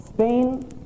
Spain